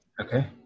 Okay